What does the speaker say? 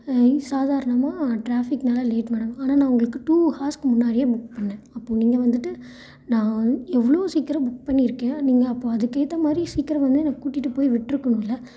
சாதாரணமாக டிராஃபிக்னால் late madam ஆனால் நான் உங்களுக்கு டூ ஹார்ஸ்க்கு முன்னாடியே புக் பண்ணேன் அப்போ நீங்கள் வந்துட்டு நான் எவ்வளோ சீக்கரம் புக் பண்ணியிருக்கேன் நீங்கள் அப்போது அதுக்கு ஏற்ற மாதிரி சீக்கரம் வந்து என்னை கூட்டிட்டு போய் விட்டுருக்குனும்ல